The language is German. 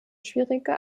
schwierige